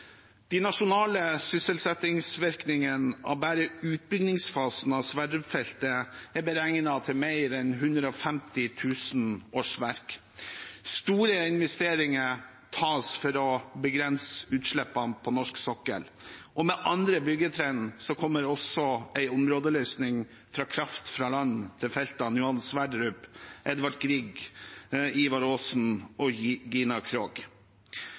De nasjonale sysselsettingsvirkningene av bare utbyggingsfasen av Sverdrup-feltet er beregnet til mer enn 150 000 årsverk. Store investeringer tas for å begrense utslippene på norsk sokkel. Med andre byggetrinn kommer også en områdeløsning for kraft fra land til feltene Johan Sverdrup, Edvard Grieg, Ivar Aasen og Gina Krog.